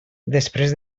després